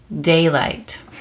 daylight